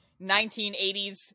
1980s